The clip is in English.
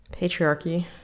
patriarchy